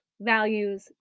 values